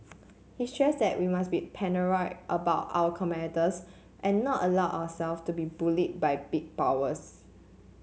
he stressed that we must be paranoid about our competitors and not allow ourselves to be bullied by big powers